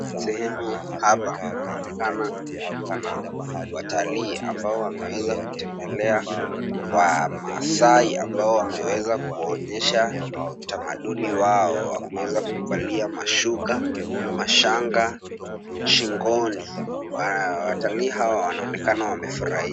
Sehemu hapa panaonekana pana watalii ambao wameweza kutembea wamasai ambaye ameweza kuonyesha utamaduni wao wa kuweza kuvalia mashuka na mashanga shingoni. Watalii hawa wanaonekana wamefurahia.